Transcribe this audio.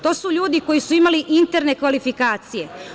To su ljudi koji su imali interne kvalifikacije.